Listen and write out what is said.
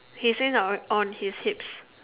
he say now on his heads